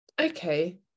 Okay